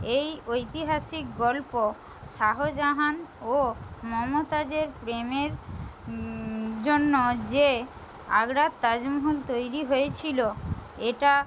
এই ঐতিহাসিক গল্প শাহজাহান ও মমতাজের প্রেমের জন্য যে আগ্রার তাজমহল তৈরি হয়েছিলো এটা